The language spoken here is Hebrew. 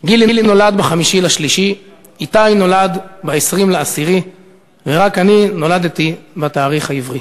גילי נולד ב-5.3,/ איתי נולד ב-20.10,/ ורק אני נולדתי בתאריך עברי".